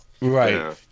Right